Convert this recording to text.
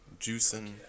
juicing